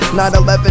9-11